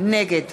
נגד